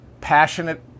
passionate